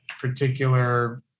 particular